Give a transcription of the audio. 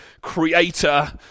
Creator